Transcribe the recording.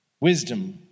wisdom